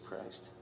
Christ